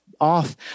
off